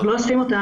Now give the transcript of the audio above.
לא עשינו.